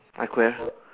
I could have